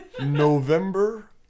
November